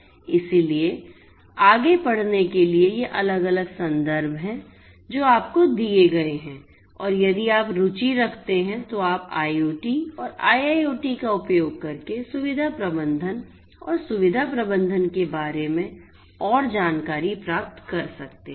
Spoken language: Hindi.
इसलिए आगे पढ़ने के लिए ये अलग अलग संदर्भ हैं जो आपको दिए गए हैं और यदि आप रुचि रखते हैं तो आप IoT और IIoT का उपयोग करके सुविधा प्रबंधन और सुविधा प्रबंधन के बारे में और जानकारी प्राप्त कर सकते हैं